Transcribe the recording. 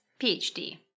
PhD